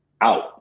out